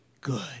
good